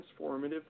transformative